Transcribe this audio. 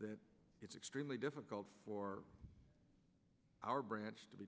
that it's extremely difficult for our branch to be